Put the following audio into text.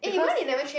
because